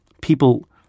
people